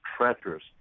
treacherous